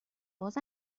باز